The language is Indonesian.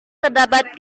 terdapat